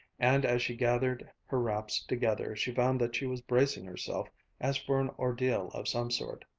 and as she gathered her wraps together she found that she was bracing herself as for an ordeal of some sort.